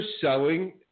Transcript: selling